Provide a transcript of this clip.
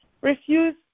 refuse